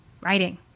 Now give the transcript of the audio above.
writing